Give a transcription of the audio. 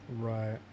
Right